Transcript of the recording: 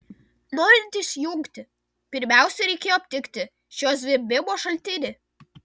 norint išjungti pirmiausia reikėjo aptikti šio zvimbimo šaltinį